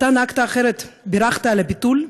אתה נהגת אחרת, בירכת על הביטול.